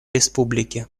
республики